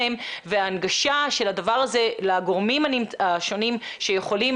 וההנגשה של הדבר הזה לגורמים השונים שיכולים